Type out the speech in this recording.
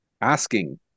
asking